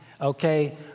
okay